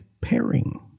pairing